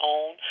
Own